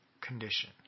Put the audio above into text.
condition